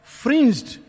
fringed